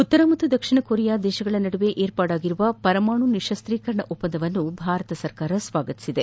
ಉತ್ತರ ಮತ್ತು ದಕ್ಷಿಣ ಕೊರಿಯಾಗಳ ನಡುವೆ ಏರ್ಪಾಡಾಗಿರುವ ಪರಮಾಣು ನಿಶಸ್ತೀಕರಣ ಒಪ್ಪಂದವನ್ನು ಭಾರತ ಸ್ಲಾಗತಿಸಿದೆ